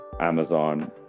Amazon